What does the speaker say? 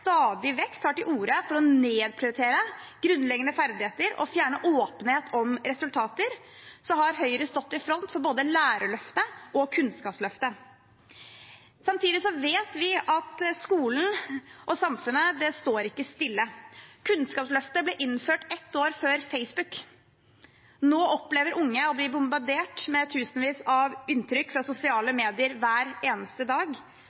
stadig vekk tar til orde for å nedprioritere grunnleggende ferdigheter og fjerne åpenhet om resultater, har Høyre stått i front for både Lærerløftet og Kunnskapsløftet. Samtidig vet vi at skolen og samfunnet står ikke stille. Kunnskapsløftet ble innført ett år før Facebook. Nå opplever unge å bli bombardert med tusenvis av inntrykk fra sosiale medier hver eneste dag.